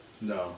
No